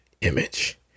Image